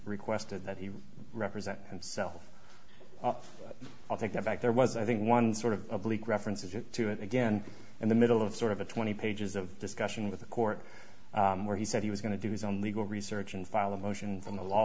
requested that he represent himself i think that there was i think one sort of oblique references to it again in the middle of sort of a twenty pages of discussion with the court where he said he was going to do his own legal research and file a motion from the law